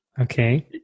Okay